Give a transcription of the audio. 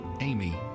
Amy